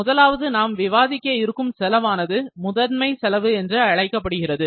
முதலாவது நாம் விவாதிக்க இருக்கும் செலவானது முதன்மை செலவு என்று அழைக்கப்படுகிறது